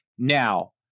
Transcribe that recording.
Now